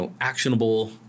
actionable